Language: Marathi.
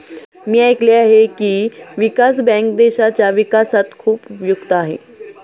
मी ऐकले आहे की, विकास बँक देशाच्या विकासात खूप उपयुक्त आहे